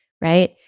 right